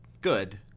good